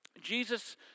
Jesus